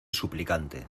suplicante